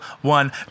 one